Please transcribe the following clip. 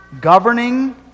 governing